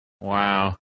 Wow